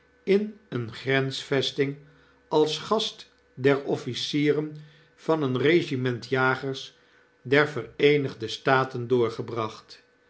in eene grensvesting als gast der officieren van een regiment jagers der vereenigde staten doorgebracht